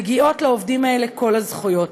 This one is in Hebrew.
מגיעות לעובדים האלה כל הזכויות,